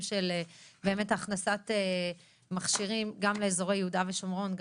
של הכנסת מכשירים גם לאזורי יהודה ושומרון,